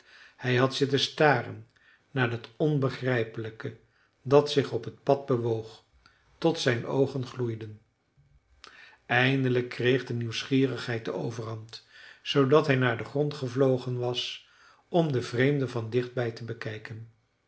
hij had zitten staren naar dat onbegrijpelijke dat zich op t pad bewoog tot zijn oogen gloeiden eindelijk kreeg de nieuwsgierigheid de overhand zoodat hij naar den grond gevlogen was om den vreemde van dichtbij te bekijken